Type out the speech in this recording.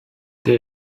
der